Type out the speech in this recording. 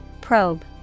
Probe